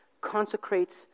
consecrates